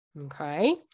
Okay